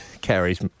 carries